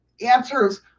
answers